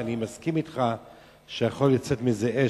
אני מסכים אתך שיכולה לצאת מזה אש,